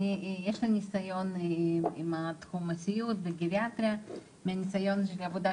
אני יש לי ניסיון בתחום הסיעוד ובגריאטריה ומניסיון העבודה